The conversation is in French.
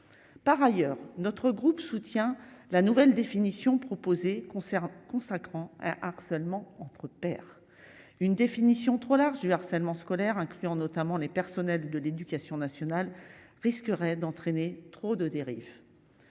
par ailleurs, notre groupe soutient la nouvelle définition proposée concert consacrant harcèlement entre pairs une définition trop large du harcèlement scolaire incluant notamment les personnels de l'Éducation nationale risquerait d'entraîner trop de dérives